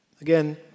Again